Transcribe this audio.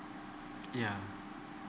yeah